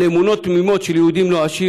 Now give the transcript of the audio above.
על אמונות תמימות של יהודים נואשים,